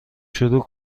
شروع